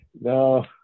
No